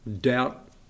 doubt